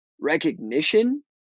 recognition